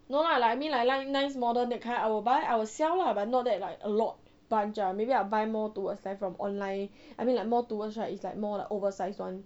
no lah like I mean like like nice modern that kind I will buy I will sell lah but not that like a lot a bunch lah maybe I'll buy more towards from online I mean like more towards right is like more oversized [one]